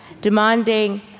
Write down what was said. demanding